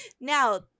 Now